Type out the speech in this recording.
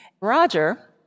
Roger